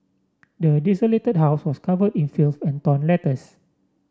the desolated house was cover in filth and torn letters